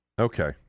okay